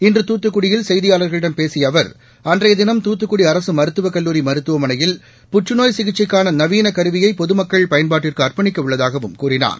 இன்று தூத்துக்குடியில் செய்தியாளர்களிடம் பேசிய பேசிய அவர் அன்றைய திளம் தூத்துக்குடி அரசு மருத்துவக் கல்லூரி மருத்துவமனையில் புற்றநோய் சிகிச்சைக்கான நவீன கருவியை பொதுமக்கள் பயன்பாட்டிற்கு அர்ப்பணிக்க உள்ளதாகவும் கூறினார்